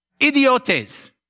idiotes